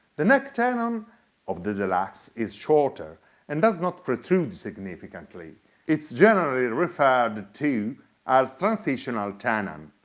the neck tenon of the deluxe is shorter and does not protrude significantly it's generally referred to as transitional tenon.